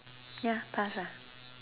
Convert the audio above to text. ya pass